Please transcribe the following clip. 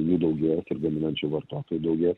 jų daugės ir gaminančių vartotojų daugės